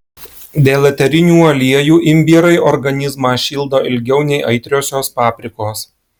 dėl eterinių aliejų imbierai organizmą šildo ilgiau nei aitriosios paprikos